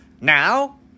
Now